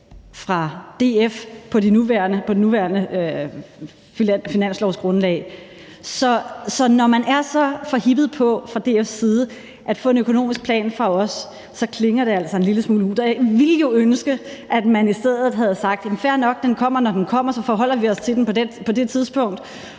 fra DF på det nuværende finanslovsgrundlag, så når man fra DF's side er så forhippet på at få en økonomisk plan fra os, klinger det altså en lille smule hult. Jeg ville jo ønske, at man i stedet havde sagt: Fair nok, den kommer, når den kommer, og så forholder vi os til den på det tidspunkt.